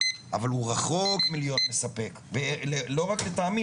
אבל הוא רחוק מלהיות מספק וזה לא רק לטעמי,